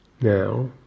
now